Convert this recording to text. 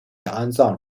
安葬